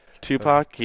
Tupac